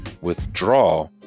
withdraw